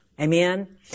Amen